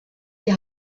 die